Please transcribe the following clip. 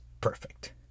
perfect